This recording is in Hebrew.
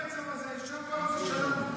--- בקצב הזה, יישר כוח, זה שלנו.